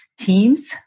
Teams